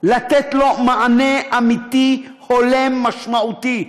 לתת לו מענה אמיתי, הולם, משמעותי.